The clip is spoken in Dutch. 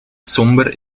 somber